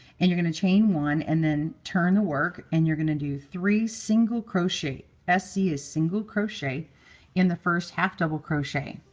and you're going to chain one and then turn the work, and you're going to do three single crochet sc yeah is single crochet in the first half double crochet.